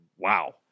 Wow